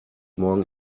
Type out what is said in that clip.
morgen